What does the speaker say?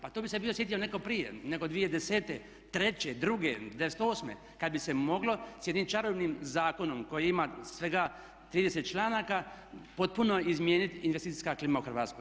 Pa to bi se bio sjetio netko prije nego 2010., treće, druge, '98. kad bi se moglo s jednim čarobnim zakonom koji ima svega 30 članaka potpuno izmijeniti investicijska klima u Hrvatskoj.